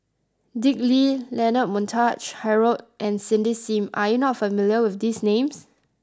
Dick Lee Leonard Montague Harrod and Cindy Sim are you not familiar with these names